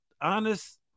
honest